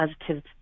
positive